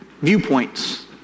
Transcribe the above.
viewpoints